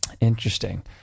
interesting